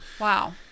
Wow